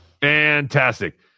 Fantastic